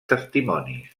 testimonis